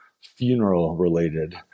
funeral-related